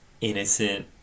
innocent